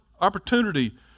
opportunity